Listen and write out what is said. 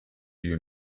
you